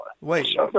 Wait